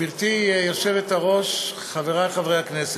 גברתי היושבת-ראש, חברי חברי הכנסת,